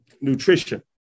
nutrition